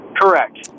Correct